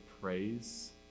praise